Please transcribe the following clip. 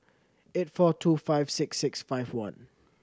eight four two five six six five one